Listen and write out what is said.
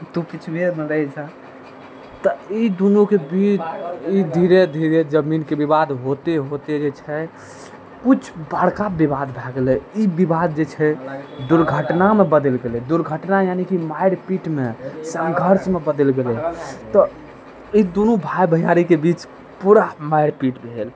तू पिछुएमे रहि जा तऽ ई दुनूके बीच ई धीरे धीरे जमीनके विवाद होते होते जे छै किछु बड़का विवाद भए गेलै ई विवाद जे छै दुर्घटनामे बदलि गेलै दुर्घटना यानि की मारि पीटमे संघर्षमे बदैलि गेलै तऽ ई दुनू भाय भैयारीके बीच पूरा मारि पीट भेल